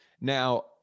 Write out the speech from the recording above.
now